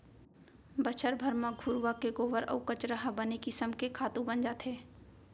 बछर भर म घुरूवा के गोबर अउ कचरा ह बने किसम के खातू बन जाथे